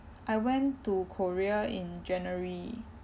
I went to korea in january